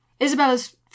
Isabella's